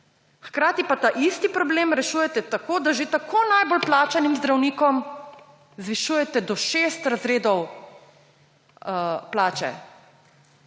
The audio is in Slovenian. Hkrati pa ta isti problem rešujete tako, da že tako najbolj plačanim zdravnikom zvišujete do 6 razredov plače,